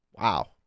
Wow